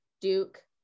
Duke